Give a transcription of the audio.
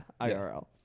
IRL